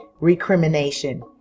recrimination